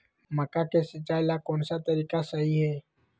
मक्का के सिचाई ला कौन सा तरीका सही है?